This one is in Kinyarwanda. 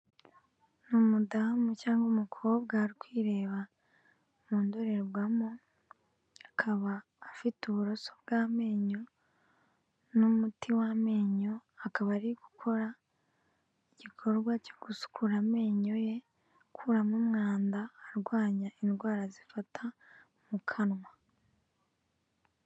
Ni umudamu cyangwa umukobwa, ari kwireba mu ndorerwamo akaba afite uburoso bw'amenyo n'umuti w' amenyo, akaba ari gukora igikorwa cyo gusukura amenyo ye akuramo umwanda arwanya indwara zifata mu kanwa.